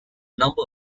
number